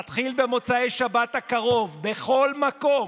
היא תתחיל במוצאי השבת בכל מקום,